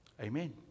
Amen